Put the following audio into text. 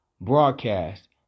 broadcast